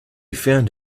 found